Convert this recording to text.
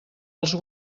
els